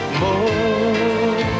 more